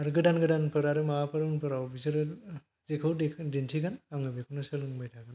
आरो गोदान गोदानफोर माबाफोर उनफोराव बिसोर जेखौ दिनथिगोन आङो बेखौनो सोलोंबाय थागोन